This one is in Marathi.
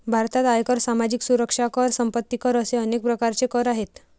भारतात आयकर, सामाजिक सुरक्षा कर, संपत्ती कर असे अनेक प्रकारचे कर आहेत